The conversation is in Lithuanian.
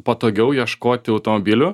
patogiau ieškoti automobilių